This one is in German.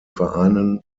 vereinen